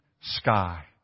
sky